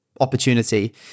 opportunity